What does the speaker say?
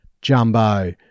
Jumbo